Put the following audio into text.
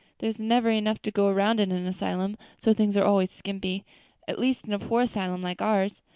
there is never enough to go around in an asylum, so things are always skimpy at least in a poor asylum like ours.